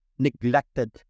neglected